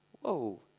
Whoa